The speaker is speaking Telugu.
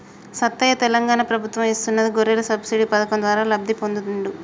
సత్తయ్య తెలంగాణ ప్రభుత్వం ఇస్తున్న గొర్రెల సబ్సిడీ పథకం ద్వారా లబ్ధి పొందిండు